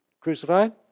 crucified